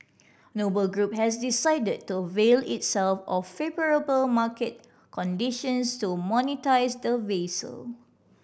Noble Group has decided to avail itself of favourable market conditions to monetise the vessel